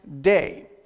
day